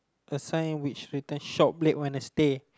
a sign which written shop late Wednesday